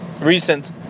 recent